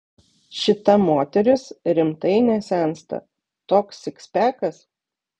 šita moteris rimtai nesensta toks sikspekas